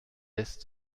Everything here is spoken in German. lässt